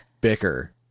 bicker